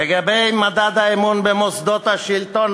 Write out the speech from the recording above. לגבי מדד האמון במוסדות השלטון,